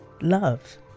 love